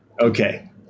Okay